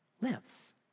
lives